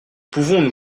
pouvons